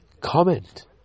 comment